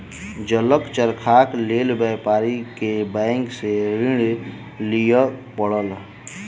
जलक चरखाक लेल व्यापारी के बैंक सॅ ऋण लिअ पड़ल